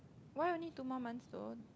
why only two more months soon